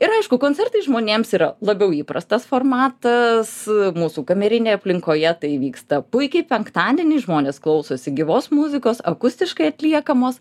ir aišku koncertai žmonėms yra labiau įprastas formatas mūsų kamerinėj aplinkoje tai vyksta puikiai penktadienį žmonės klausosi gyvos muzikos akustiškai atliekamos